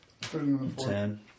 Ten